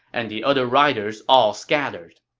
and the other riders all scattered.